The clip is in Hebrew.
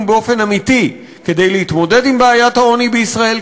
באופן אמיתי כדי להתמודד עם בעיית העוני בישראל,